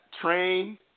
train